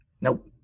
Nope